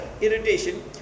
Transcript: irritation